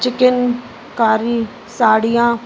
chicken curry साड़िया